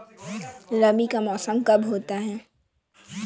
रबी का मौसम कब होता हैं?